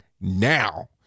now